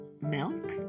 milk